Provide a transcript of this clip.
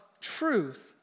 truth